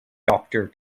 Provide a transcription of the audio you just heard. doctor